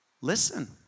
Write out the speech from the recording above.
listen